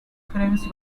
frames